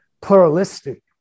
pluralistic